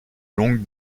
longue